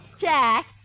Jack